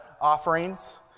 offerings